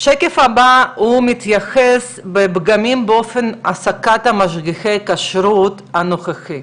השקף הבא מתייחס לפגמים באופן העסקת משגיחי הכשרות הנוכחי.